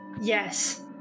Yes